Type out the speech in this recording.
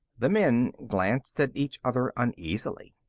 the men glanced at each other uneasily.